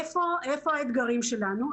איפה האתגרים שלנו?